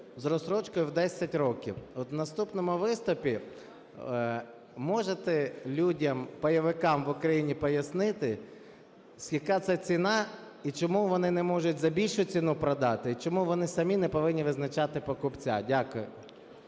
з розстрочкою в 10 років. От в наступному виступі можете людям-пайовикам в Україні пояснити, яка це ціна, і чому вони не можуть за більшу ціну продати, і чому вони самі не повинні визначати покупця? Дякую.